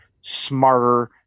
smarter